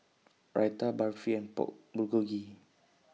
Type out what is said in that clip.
Raita Barfi and Pork Bulgogi